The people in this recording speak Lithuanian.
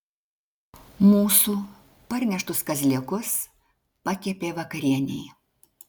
mūsų parneštus kazlėkus pakepė vakarienei